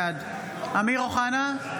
בעד אמיר אוחנה,